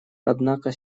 однако